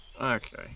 Okay